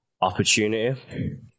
opportunity